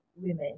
women